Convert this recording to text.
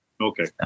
Okay